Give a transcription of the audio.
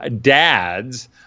dads